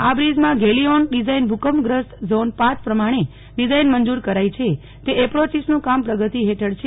આ બ્રીજમાં gabion design ભૂંકપગ્રસ્ત ઝોન પ પ્રમાણે ડીઝાઈન મંજૂર કરાઈ છે તે એપ્રોચીસનું કામ પ્રગતિ હેઠળ છે